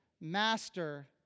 master